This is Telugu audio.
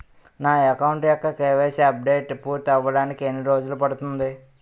నా అకౌంట్ యెక్క కే.వై.సీ అప్డేషన్ పూర్తి అవ్వడానికి ఎన్ని రోజులు పడుతుంది?